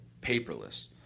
paperless